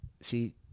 See